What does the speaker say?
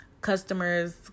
customers